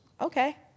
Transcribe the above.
okay